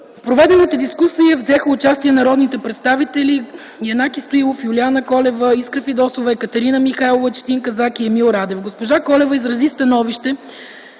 В проведената дискусия взеха участие народните представители Янаки Стоилов, Юлиана Колева, Искра Фидосова, Екатерина Михайлова, Четин Казак и Емил Радев. Госпожа Колева изрази становище,